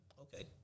Okay